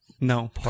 No